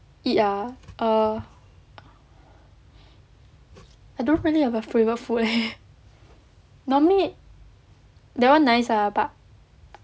eat ah err I don't really have a favourite food leh normally that [one] nice lah but